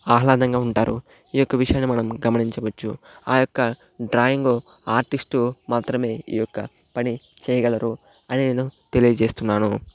ఆహ్లాదంగా ఉంటారు ఈ యొక్క విషయాన్ని మనం గమనించవచ్చు ఆ యొక్క డ్రాయింగ్ ఆర్టిస్ట్ మాత్రమే ఈ యొక్క పని చేయగలరు అని నేను తెలియజేస్తున్నాను